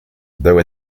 though